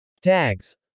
Tags